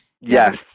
yes